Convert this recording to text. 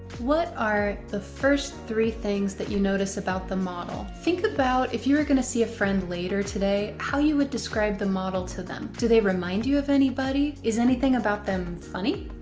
what are the first three things that you notice about the model? think about it you were gonna see a friend later today, how you would describe the model to them? do they remind you of anybody? is anything about them. funny?